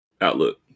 Outlook